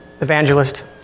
evangelist